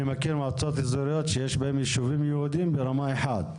אני מכיר מועצות אזוריות שיש בהם ישובים יהודים ברמה אחד,